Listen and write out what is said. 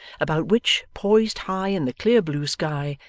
about which, poised high in the clear blue sky,